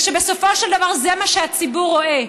וכשבסופו של דבר זה מה שהציבור רואה,